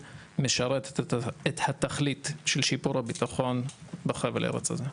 משרתת את התכלית של שיפור הביטחון בחבל הארץ הזה.